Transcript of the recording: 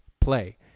play